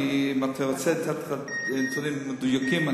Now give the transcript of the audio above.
ואם תרצה אני אשמח לתת לך נתונים מדויקים.